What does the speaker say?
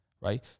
right